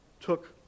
took